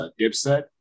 Dipset